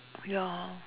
ya